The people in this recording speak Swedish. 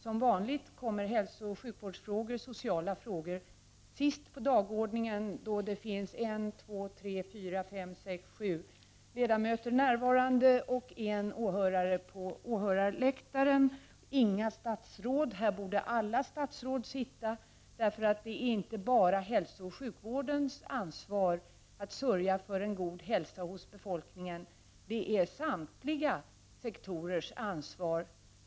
Som vanligt kommer hälsooch sjukvårdsfrågor samt socialfrågor sist på dagordningen, då sju ledamöter är närvarande i kammaren och en åhörare sitter på läktaren. Här finns inget statsråd. Alla statsråd borde nu sitta här, eftersom det inte bara är hälsooch sjukvårdens ansvar att sörja för en god hälsa hos befolkningen utan samtliga sektorers ansvar.